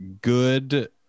good